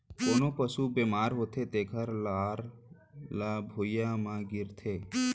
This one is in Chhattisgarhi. कोनों पसु बेमार होथे तेकर लार ह भुइयां म गिरथे